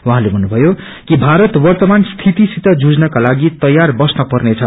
उहाँले भन्नुभयो कि भारत वव्रमान स्थित सित जुझ्नका लागि तयार बस्न पर्नेछ